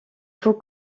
faut